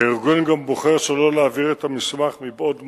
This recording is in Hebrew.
הארגון גם בוחר שלא להעביר את המסמך מבעוד מועד,